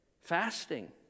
fasting